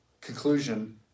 conclusion